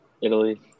Italy